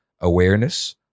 awareness